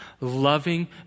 loving